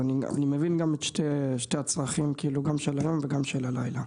אז אני גם מבין את שני הצרכים גם של היום וגם של הלילה.